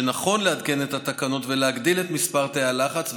שנכון לעדכן את התקנות, ולהגדיל את מספר תאי הלחץ.